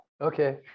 okay